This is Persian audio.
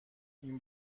این